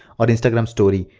or instagram story.